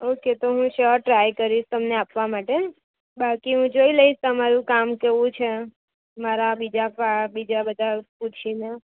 okay તો હું sure try કરીશ તમને આપવા માટે બાકી હું જોઈ લઇશ તમારું કામ કેવું છે મારા બીજા કયા બીજા બધા પૂછીને